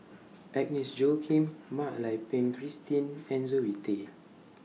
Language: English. Agnes Joaquim Mak Lai Peng Christine and Zoe Tay